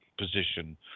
position